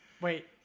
wait